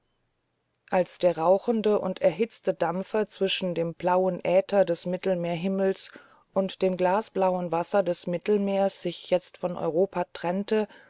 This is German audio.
als der rauchende und erhitzte dampfer zwischen dem blauen äther des mittelmeerhimmels und dem gasblauen wasser des mittelmeeres sich jetzt von europa trennte